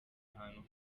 ahantu